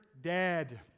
dead